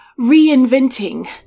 reinventing